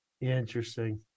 Interesting